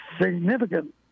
significant